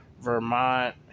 Vermont